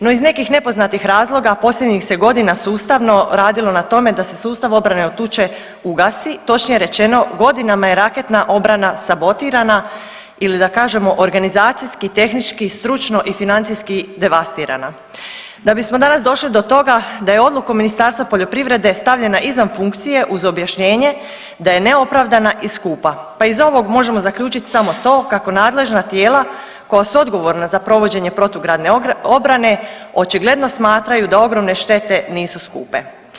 No, iz nekih nepoznatih razloga posljednjih se godina sustavno radilo na tome da se sustav obrane od tuče ugasi, točnije rečeno, godinama je raketna obrana sabotirana ili da kažemo, organizacijski, tehnički, stručno i financijski devastirana, da bismo danas došli do toga da je odlukom Ministarstva poljoprivrede stavljena izvan funkcije uz objašnjenje da je neopravdana i skupa pa iz ovog možemo zaključiti samo to kako nadležna tijela koja su odgovorna za provođenje protugradne obrane očigledno smatraju da ogromne štete nisu skupe.